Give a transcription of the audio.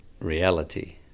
reality